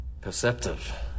Perceptive